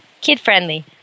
kid-friendly